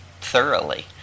thoroughly